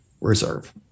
Reserve